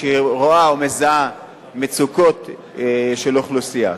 כשהיא רואה ומזהה מצוקות של אוכלוסייה.